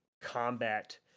combat